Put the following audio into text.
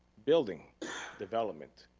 building development,